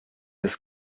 das